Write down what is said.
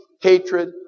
hatred